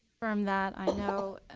from that i know,